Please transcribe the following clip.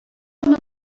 fan